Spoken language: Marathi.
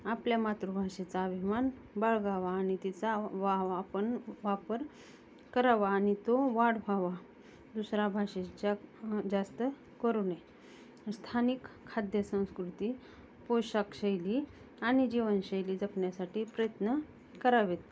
आपल्या मातृभाषेचा अभिमान बाळगावा आणि तिचा वाव आपण वापर करावा आणि तो वाढवावा दुसरा भाषेच्या जास्त करू नये स्थानिक खाद्यसंस्कृती पोशाखशैली आणि जीवनशैली जपण्यासाठी प्रयत्न करावेत